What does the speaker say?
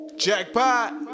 Jackpot